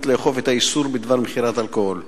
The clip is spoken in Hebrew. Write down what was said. לאכוף את האיסור בדבר מכירת אלכוהול לקטינים?